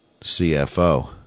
CFO